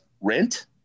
rent